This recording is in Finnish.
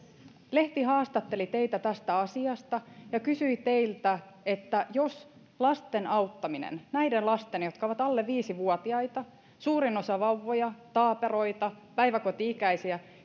lehti haastatteli teitä tästä asiasta ja kysyi teiltä että jos lasten auttaminen näiden lasten jotka ovat alle viisivuotiaita suurin osa vauvoja taaperoita päiväkoti ikäisiä